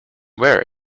wear